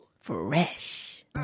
Fresh